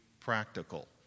practical